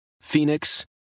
Phoenix